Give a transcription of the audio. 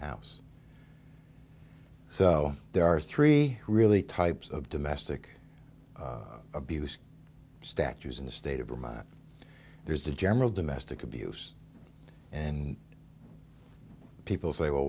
house so there are three really types of domestic abuse statues in the state of vermont there's the general domestic abuse and people say well